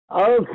Okay